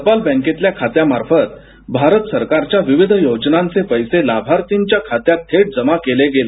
टपाल बॅकेतल्या खात्यामार्फत भारत सरकारच्या विविध योजनांचे पैसे लाभार्थीच्या खात्यात थेट जमा केले गेले